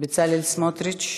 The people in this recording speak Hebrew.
בצלאל סמוטריץ,